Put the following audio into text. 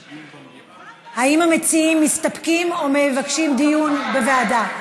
האם המציעים מסתפקים, או מבקשים דיון בוועדה?